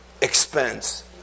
expense